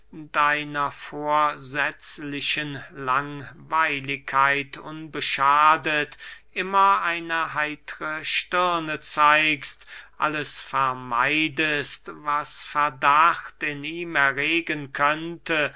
deiner vorsetzlichen langweiligkeit unbeschadet immer eine heitre stirne zeigst alles vermeidest was verdacht in ihm erregen könnte